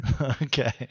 Okay